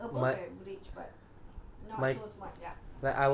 you're above average but not so smart ya